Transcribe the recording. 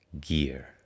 gear